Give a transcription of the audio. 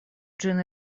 ĝin